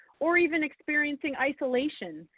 or even experiencing isolation,